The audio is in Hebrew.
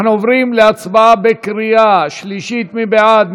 אנחנו עוברים להצבעה בקריאה שלישית, מי בעד?